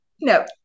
No